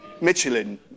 Michelin